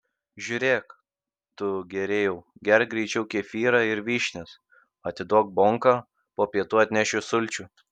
žiūrėk tu gėrėjau gerk greičiau kefyrą ir vyšnias atiduok bonką po pietų atnešiu sulčių